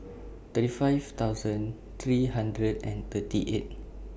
thirty five thousand three hundred and thirty eight